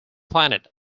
planet